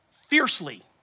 fiercely